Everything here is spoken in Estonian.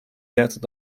teatud